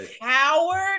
Howard